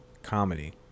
Comedy